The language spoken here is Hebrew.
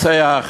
רוצח.